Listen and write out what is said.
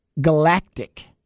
Galactic